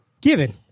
given